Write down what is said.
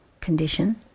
condition